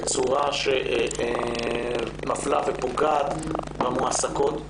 בצורה שמפלה ופוגעת במועסקות,